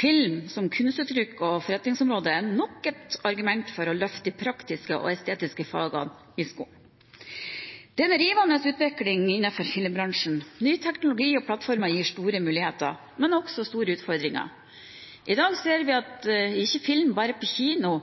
Film som kunstuttrykk og forretningsområde er nok et argument for å løfte de praktiske og estetiske fagene i skolen. Det er en rivende utvikling innenfor filmbransjen. Ny teknologi og nye plattformer gir store muligheter, men også store utfordringer. I dag ser vi ikke film bare på kino